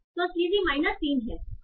तो स्लीज़ी माइनस 3 है